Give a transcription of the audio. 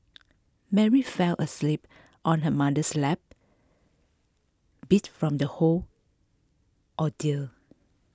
Mary fell asleep on her mother's lap beat from the whole ordeal